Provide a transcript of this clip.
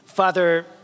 Father